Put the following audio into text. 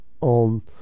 on